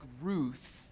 Ruth